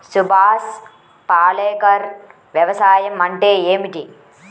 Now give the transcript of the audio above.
సుభాష్ పాలేకర్ వ్యవసాయం అంటే ఏమిటీ?